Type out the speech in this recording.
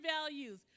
values